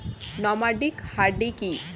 Nomadic হার্ডি কি?